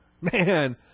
Man